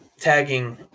Tagging